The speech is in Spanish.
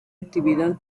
actividad